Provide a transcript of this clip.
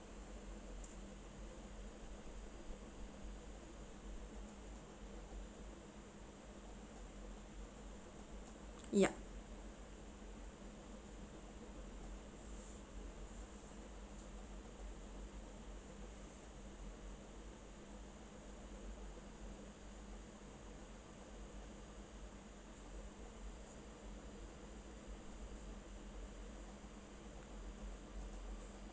yeah